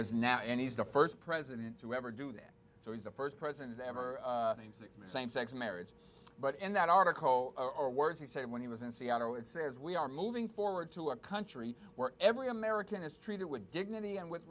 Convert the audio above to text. is now and he's the first president to ever do that so he's the first president ever to same sex marriage but in that article are words he said when he was in seattle and says we are moving forward to a country where every american is treated with dignity and with